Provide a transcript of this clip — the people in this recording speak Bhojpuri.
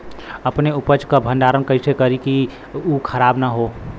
अपने उपज क भंडारन कइसे करीं कि उ खराब न हो?